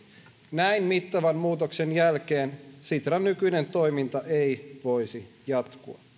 näin mittavan muutoksen jälkeen sitran nykyinen toiminta ei voisi jatkua